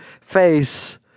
face